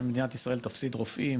מדינת ישראל תפסיד רופאים,